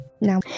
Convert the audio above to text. now